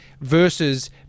versus